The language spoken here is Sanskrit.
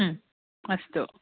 अस्तु